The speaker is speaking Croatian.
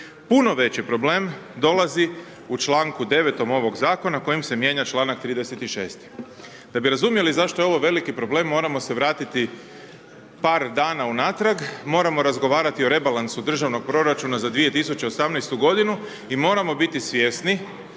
Puno veći problem dolazi u čl. 9.-om ovog Zakona kojim se mijenja čl. 36.-ti. Da bi razumjeli zašto je ovo veliki problem, moramo se vratiti par dana unatrag, moramo razgovarati o rebalansu državnog proračuna za 2018.-tu godinu i moramo biti svjesni